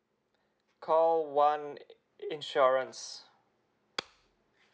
call one i~ insurance